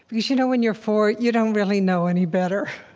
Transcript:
because you know when you're four, you don't really know any better.